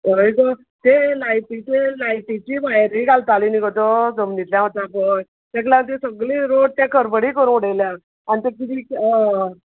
हय गो ते लायटीचे लायटीची वायरी घालताले न्ही गो तो जमनीतल्यान वता पळय ताका लागू सगली रोड ते खडबडी करूं उडयल्यात आनी ते अय